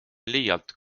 liialt